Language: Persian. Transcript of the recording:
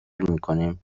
میکنیم